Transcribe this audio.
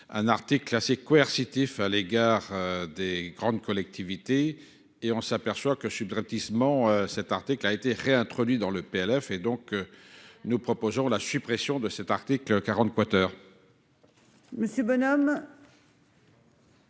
Un article assez coercitif à l'égard des grandes collectivités, et on s'aperçoit que subrepticement. Cet article a été réintroduit dans le PLF et donc. Nous proposons la suppression de cet article 40